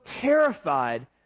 terrified